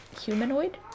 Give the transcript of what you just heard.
humanoid